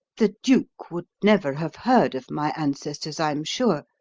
the duke would never have heard of my ancestors, i'm sure,